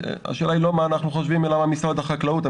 השאלה היא לא מה אנחנו חושבים אלא מה המשרד המקצועי,